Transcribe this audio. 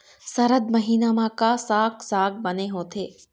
सरद महीना म का साक साग बने होथे?